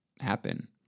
happen